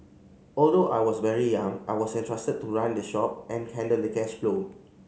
although I was very young I was entrusted to run the shop and handle the cash flow